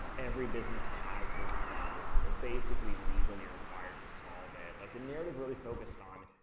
every business has this problem, they're basically legally required to solve it. like, the narrative really focused on,